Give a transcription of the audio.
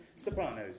Sopranos